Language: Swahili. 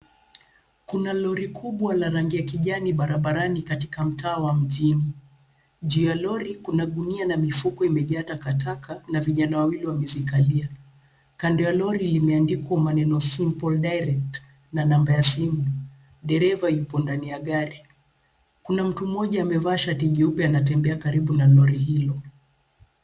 Kuna lori kubwa la rangi ya kijani barabarani katika wa mjini. Juu ya lori kuna gunia na mifuko imejaa takataka, na vijana wawili wamezikalia. Kando ya lori limeandikwa maneno simple direct, na namba ya simu. Dereva yupo ndani ya gari. Kuna mtu mmoja amevaa shati jeupe anatembea karibu na lori hilo.